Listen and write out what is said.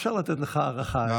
אפשר לתת לך הארכה,